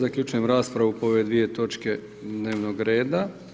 Zaključujem raspravu po ove dvije točke dnevnog reda.